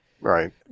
Right